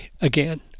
again